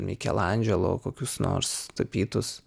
mikelandželo kokius nors tapytus